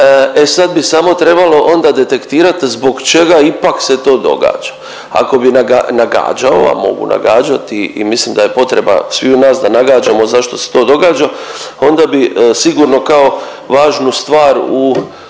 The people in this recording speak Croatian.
e sad bi samo trebalo onda detektirat zbog čega ipak se to događa. Ako bi nagađao, a mogu nagađati i mislim da je potreba sviju nas da nagađamo zašto se to događa onda bi sigurno kao važnu stvar u